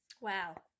Wow